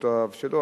מסיבותיו שלו,